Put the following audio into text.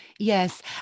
Yes